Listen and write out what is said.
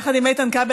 יחד עם איתן כבל,